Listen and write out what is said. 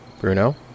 Bruno